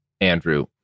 Andrew